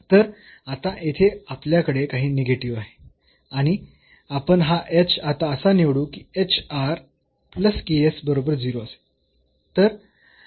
तर आता येथे आपल्याकडे काही निगेटीव्ह आहे आणि आपण हा h आता असा निवडू की बरोबर 0 असेल